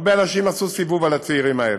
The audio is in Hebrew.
הרבה אנשים "עשו סיבוב" על הצעירים האלה.